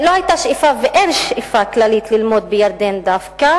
לא היתה שאיפה ואין שאיפה כללית ללמוד בירדן דווקא.